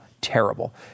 Terrible